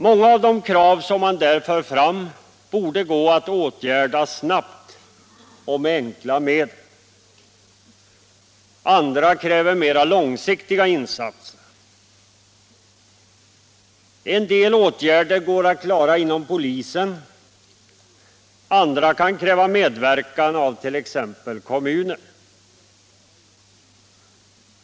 Många av de krav som där förs fram borde gå att åtgärda snabbt och med enkla medel. För andra behövs mera långsiktiga insatser. En del åtgärder går att klara inom polisen, andra kan kräva medverkan av t.ex. kommuner.